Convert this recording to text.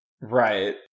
Right